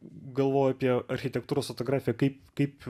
galvojau apie architektūros fotografiją kaip kaip